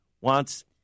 wants